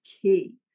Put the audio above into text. key